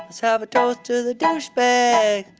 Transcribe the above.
have a toast to the douchebags.